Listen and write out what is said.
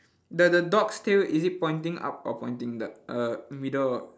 the the dog's tail is it pointing up or pointing the err middle